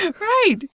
Right